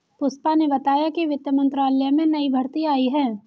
पुष्पा ने बताया कि वित्त मंत्रालय में नई भर्ती आई है